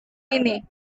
ini